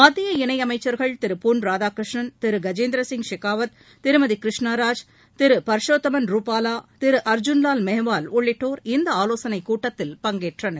மத்திய இணையமைச்சா்கள் திரு பொன் ராதாகிருஷ்ணன் திரு கஜேந்திரசிங் ஷெகாவத் திருமதி கிருஷ்ணா ராஜ் திரு பா்ஷோத்தமன் ரூபாலா திரு அா்ஜூள்லால் மேஹ்வால் உள்ளிட்டோர் இந்த ஆலோசனைக் கூட்டத்தில் பங்கேற்றனர்